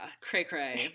cray-cray